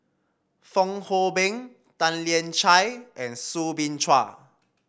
Fong Hoe Beng Tan Lian Chye and Soo Bin Chua